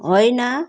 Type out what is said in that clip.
होइन